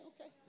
Okay